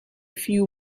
few